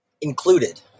included